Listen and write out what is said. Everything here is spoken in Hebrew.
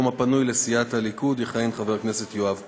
הפנוי לסיעת הליכוד יכהן חבר הכנסת יואב קיש,